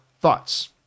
thoughts